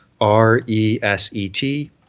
R-E-S-E-T